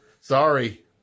sorry